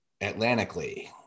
Atlantically